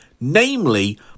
namely